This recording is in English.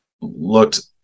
looked